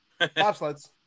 bobsleds